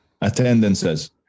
Attendances